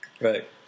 Right